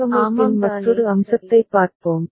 இப்போது வடிவமைப்பின் மற்றொரு அம்சத்தைப் பார்ப்போம்